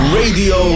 Radio